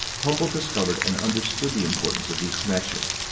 humboldt discovered and understood the importance of these connections.